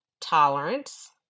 tolerance